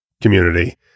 community